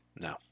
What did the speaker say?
No